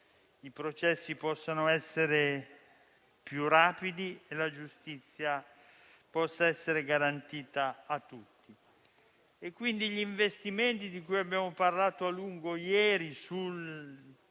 i processi possano essere più rapidi e la giustizia possa essere garantita a tutti. Gli investimenti di cui abbiamo parlato a lungo ieri